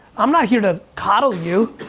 i'm not here to coddle you.